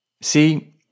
See